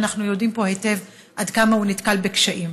ואנחנו יודעים פה היטב עד כמה הוא נתקל בקשיים.